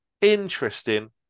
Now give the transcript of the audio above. interesting